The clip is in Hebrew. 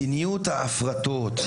מדיניות ההפרטות,